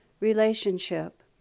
relationship